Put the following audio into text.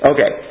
Okay